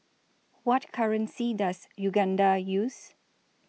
What currency Does Uganda use